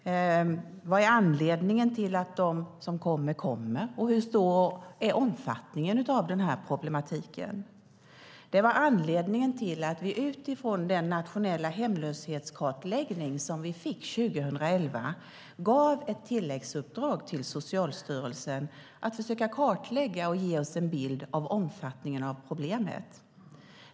Vad är anledningen till att dessa människor kommer hit, och hur stor är omfattningen av denna problematik? Detta var anledningen till att vi utifrån den nationella hemlöshetskartläggning som vi fick 2011 gav ett tilläggsuppdrag till Socialstyrelsen att försöka kartlägga och ge oss en bild av omfattningen av problemet.